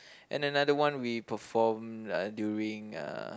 and then another one we perform uh during uh